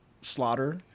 slaughter